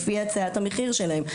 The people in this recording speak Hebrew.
לפי הצעת המחיר שלהם.